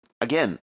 again